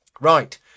right